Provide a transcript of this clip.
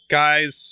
guys